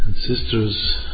sisters